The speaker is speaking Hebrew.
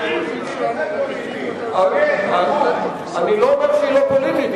שהיא לא פוליטית,